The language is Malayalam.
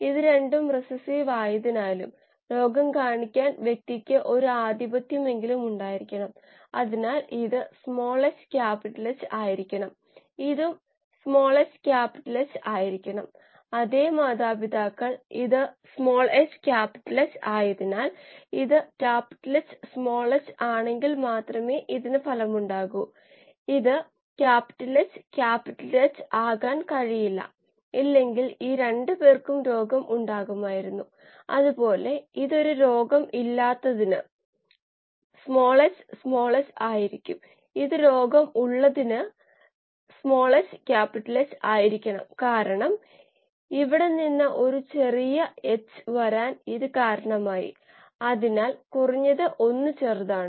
ഇവ വളരെ ഇടുങ്ങിയ പരിധിക്കുള്ളിലാണ് സംഭവിച്ചത് അതിനാൽ നിങ്ങൾ ആ ശ്രേണിയുടെ ശരാശരി മൂല്യം ഒരു പ്രതിനിധി മൂല്യമായി കണക്കാക്കിയാൽ നമ്മൾക്ക് ആദ്യ ലെവൽ കണക്കുകൂട്ടലുകൾ വളരെ എളുപ്പത്തിൽ ചെയ്യാനും എന്താണ് സംഭവിക്കുന്നതെന്നതിനെക്കുറിച്ചുള്ള സ്ഥിതിവിവരക്കണക്കുകൾ നേടാനും കഴിയും